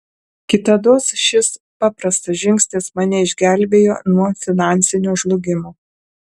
kitados šis paprastas žingsnis mane išgelbėjo nuo finansinio žlugimo